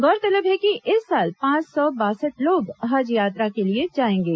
गौरतलब है कि इस साल पांच सौ बासठ लोग हज यात्रा के लिए जाएंगे